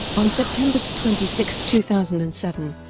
on september twenty six, two thousand and seven,